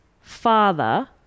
father